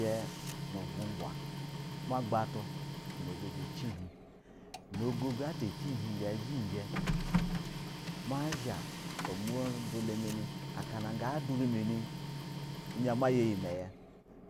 Ibɛ nu uvuwɛ igwa magbatu na ogago uncinhin, na ogogo ata uncinhin ga zhɛ jɛ mazha ama dula mani aka na gaduru ma nɛ ɛzha maya iyɛ maye a